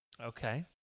okay